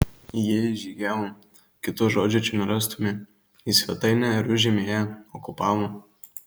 jie įžygiavo kito žodžio čia nerastumei į svetainę ir užėmė ją okupavo